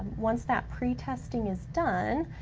once that pretesting is done,